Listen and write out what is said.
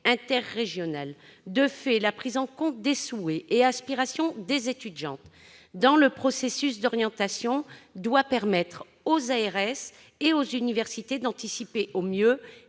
interrégionale. De fait, la prise en compte des souhaits et aspirations des étudiants dans le processus d'orientation doit permettre aux ARS et aux universités d'anticiper au mieux